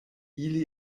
ili